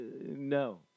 No